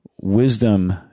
wisdom